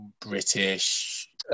British